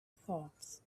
thoughts